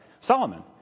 Solomon